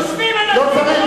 יושבים אנשים,